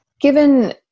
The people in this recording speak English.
Given